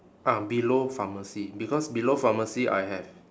ah below pharmacy because below pharmacy I have